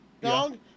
dog